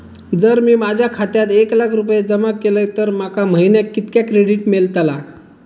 जर मी माझ्या खात्यात एक लाख रुपये जमा केलय तर माका महिन्याक कितक्या क्रेडिट मेलतला?